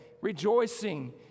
rejoicing